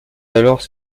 alors